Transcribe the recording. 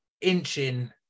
inching